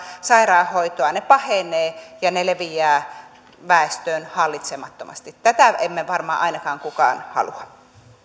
sairaanhoitoa pahenevat ja ne leviävät väestöön hallitsemattomasti ainakaan tätä ei meistä varmaan kukaan halua